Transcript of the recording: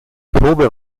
probe